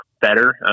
better